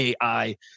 AI